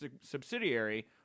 subsidiary